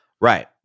Right